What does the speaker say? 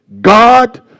God